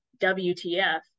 WTF